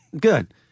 Good